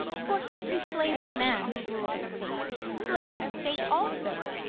for he who slays the man who rules a state slays the state also,